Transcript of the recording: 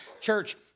Church